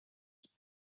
ngufi